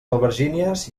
albergínies